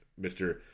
Mr